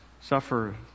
suffer